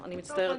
אני לא רואה אותו.